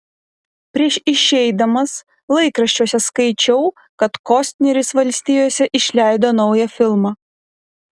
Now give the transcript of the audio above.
prieš išeidamas laikraščiuose skaičiau kad kostneris valstijose išleido naują filmą